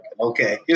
okay